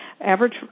Average